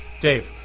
Dave